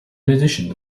addition